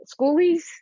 Schoolies